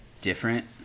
different